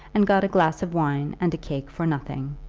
and got a glass of wine and a cake for nothing,